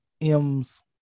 M's